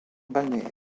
balnéaire